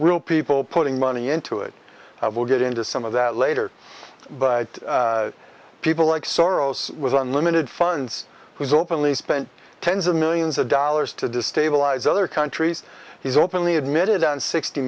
real people putting money into it i will get into some of that later but people like soros was unlimited funds who's openly spent tens of millions of dollars to destabilize other countries he's openly admitted on sixty